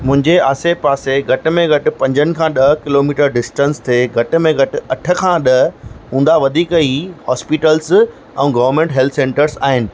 मुंहिंजे आसे पासे घटि में घटि पंजनि खां ॾह किलोमीटर डिस्टेंस ते घटि में घटि अठ खां ॾह हूंदा वधिक ही हॉस्पिटलस ऐं गवर्नमेंट हेल्थ सेंटर आहिनि